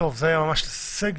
זה היה ממש סגר.